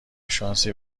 شانسی